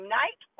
night